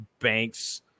banks